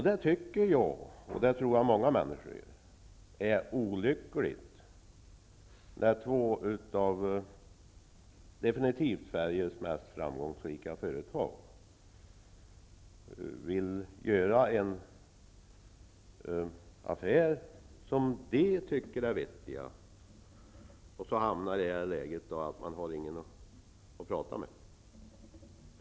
Jag tycker -- och det tror jag många människor gör -- att det är olyckligt när två företag, som får sägas höra till Sveriges mest framgångsrika, vill göra en affär som de för sin del tycker är vettig, hamnar i det läget att man inte har någon att prata med.